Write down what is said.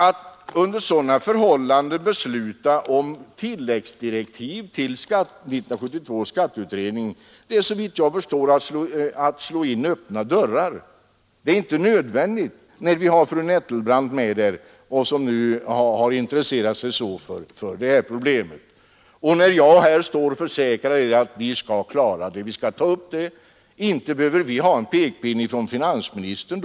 Att under sådana förhållanden besluta om tilläggsdirektiv till 1972 års skatteutredning är, såvitt jag förstår, att slå in öppna dörrar. Det är inte nödvändigt, när vi har fru Nettelbrandt med där som intresserat sig så för detta problem och när jag nu försäkrar att vi skall ta upp det. Inte behöver vi då ha en pekpinne från finansministern!